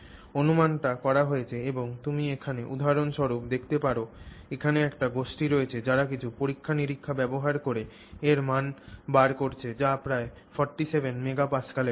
অনুমানটি করা হয়েছে এবং তুমি এখানে উদাহরণস্বরূপ দেখতে পার এখানে একটি গোষ্ঠী রয়েছে যারা কিছু পরীক্ষা নিরীক্ষা ব্যবহার করে এর মান বার করেছে যা প্রায় 47 মেগা পাস্কেলের সমান